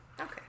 okay